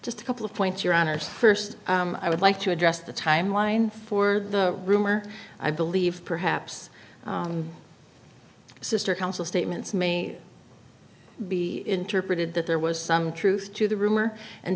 just a couple of points your honour's first i would like to address the timeline for the rumor i believe perhaps sister council statements may be interpreted that there was some truth to the rumor and